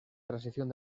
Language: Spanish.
transición